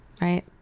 right